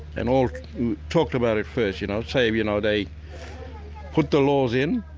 and all talked about it first, you know, saying you know they put the laws in,